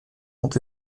sont